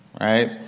right